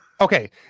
okay